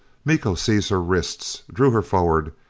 miko seized her wrists, drew her forward,